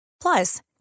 Plus